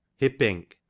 Hippink